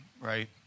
right